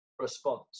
response